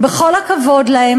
בכל הכבוד להן.